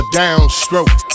downstroke